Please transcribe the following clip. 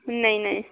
नहीं नहीं